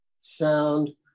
sound